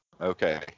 Okay